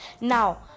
Now